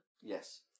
Yes